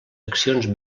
accions